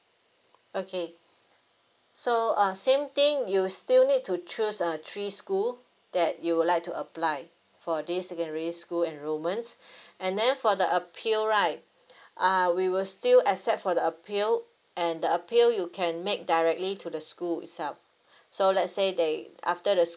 okay so uh same thing you still need to choose uh three school that you would like to apply for this secondary school enrolment and then for the appeal right uh we will still accept for the appeal and the appeal you can make directly to the school itself so let's say they after the